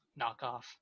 knockoff